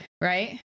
Right